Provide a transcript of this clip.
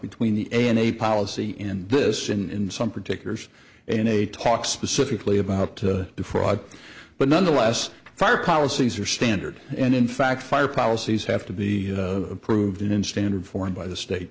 between the a and a policy in this in some particulars in a talk specifically about to defraud but nonetheless fire policies are standard and in fact fire policies have to be approved in standard form by the state